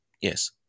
Yes